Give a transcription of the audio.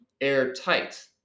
airtight